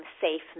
safe